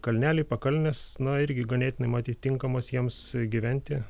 kalneliai pakalnės na irgi ganėtinai mat tinkamos jiems gyventi